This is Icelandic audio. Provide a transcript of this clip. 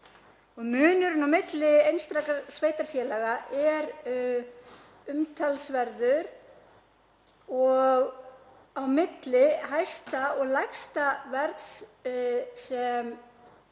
Munurinn á milli einstakra sveitarfélaga er umtalsverður og á milli hæsta og lægsta verðs sem